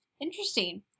Interesting